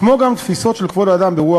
כמו גם תפיסות של כבוד האדם ברוח